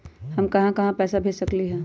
हम कहां कहां पैसा भेज सकली ह?